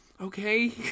okay